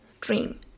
dream